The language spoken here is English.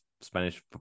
Spanish